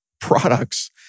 products